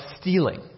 stealing